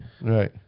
Right